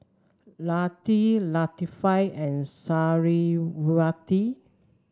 Latif Latifa and Suriawati